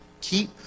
keep